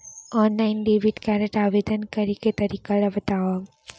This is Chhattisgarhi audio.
ऑनलाइन डेबिट कारड आवेदन करे के तरीका ल बतावव?